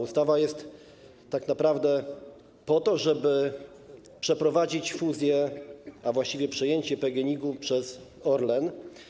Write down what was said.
Ustawa jest tak naprawdę po to, żeby przeprowadzić fuzję, a właściwie przejęcie PGNiG-u przez Orlen.